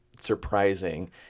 surprising